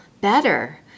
better